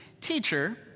Teacher